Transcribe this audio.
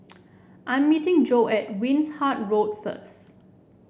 I'm meeting Joe at Wishart Road first